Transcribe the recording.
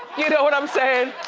you know what i'm saying?